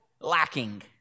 lacking